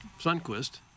Sundquist